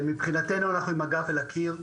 מבחינתנו אנחנו עם הגב אל הקיר.